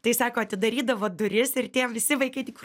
tai sako atidarydavo duris ir tie visi vaikai tik